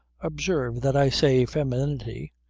observe that i say femininity,